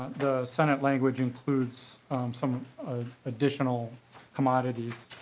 the senate language includes some additional commodities.